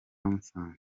musanze